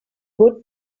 would